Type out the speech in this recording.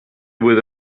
with